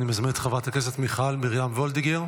אני מזמין את חברת הכנסת מיכל מרים וולדיגר.